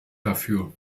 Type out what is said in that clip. dafür